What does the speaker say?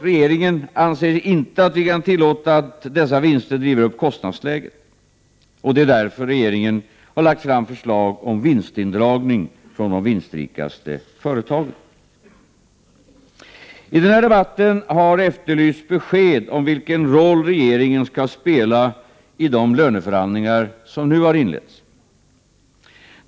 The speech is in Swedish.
Regeringen anser inte att den kan tillåta att dessa vinster driver upp kostnadsläget. Det är därför regeringen har lagt fram förslag om vinstindragning från de vinstrikaste företagen. I denna debatt har det efterlysts besked om vilken roll regeringen skall spela i de löneförhandlingar som nu har inletts.